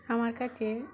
আমার কাছে